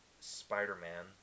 Spider-Man